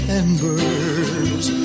embers